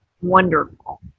wonderful